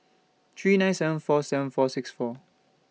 three nine seven four seven four six four